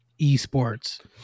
eSports